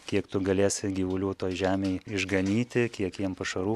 kiek tu galėsi gyvulių toj žemėj išganyti kiek jiem pašarų